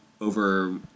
over